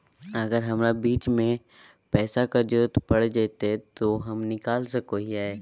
अगर हमरा बीच में पैसे का जरूरत पड़ जयते तो हम निकल सको हीये